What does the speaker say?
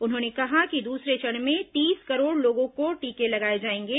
उन्होंने कहा कि दूसरे चरण में तीस करोड़ लोगों को टीके लगाए जाएंगे